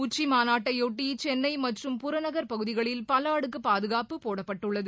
உச்சிமாநாட்டையொட்டி சென்னை மற்றும் புறநகர் பகுதிகளில் பல அடுக்கு பாதுகாப்பு போடப்பட்டுள்ளது